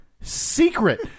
Secret